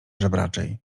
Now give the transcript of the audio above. żebraczej